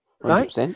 Right